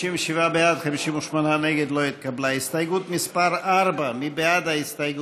3. מי בעד ההסתייגות?